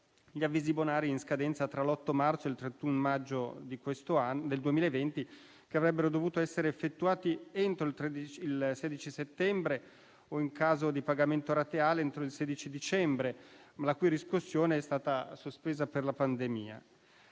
gli avvisi bonari in scadenza tra l'8 marzo e il 31 maggio del 2020 che avrebbero dovuto essere effettuati entro il 16 settembre o, in caso di pagamento rateale, entro il 16 dicembre, ma la cui riscossione è stata sospesa per la pandemia.